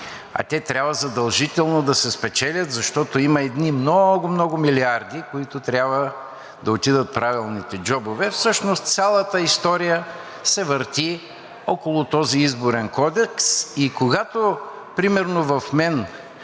а те трябва задължително да се спечелят, защото има едни много, много милиарди, които трябва да отидат в правилните джобове, всъщност цялата история се върти около този Изборен кодекс и когато примерно в мен